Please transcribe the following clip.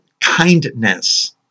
kindness